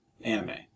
anime